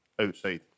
outside